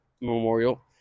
memorial